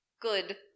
good